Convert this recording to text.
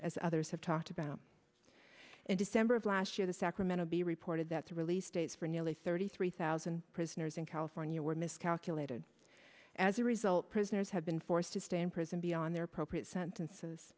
as others have talked about in december of last year the sacramento bee reported that to release states for nearly thirty three thousand prisoners in california were miscalculated as a result prisoners have been forced to stay in prison beyond their appropriate sentences